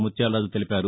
ముత్యాలరాజు తెలిపారు